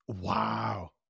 wow